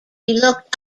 looked